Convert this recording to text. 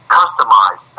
customize